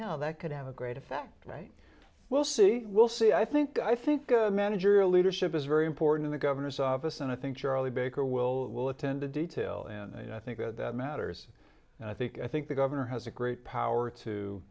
hill that could have a great effect right we'll see we'll see i think i think manager leadership is very important the governor's office and i think charlie baker will will attend to detail and i think that matters and i think i think the governor has a great power to